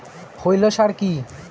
খৈল সার কি?